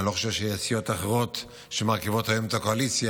ואני לא חושב שיש סיעות אחרות שמרכיבות היום את הקואליציה,